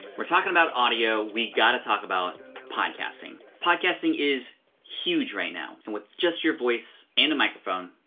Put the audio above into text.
we're talking about audio, we gotta talk about podcasting. podcasting is huge right now, and with just your voice and a microphone,